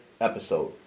episode